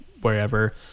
wherever